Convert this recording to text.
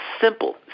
simple